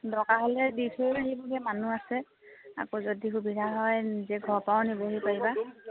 দৰকাৰ হ'লে দি থৈও আহিবগৈ মানুহ আছে আকৌ যদি সুবিধা হয় নিজে ঘৰৰ পৰাও নিবহি পাৰিবা